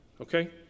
okay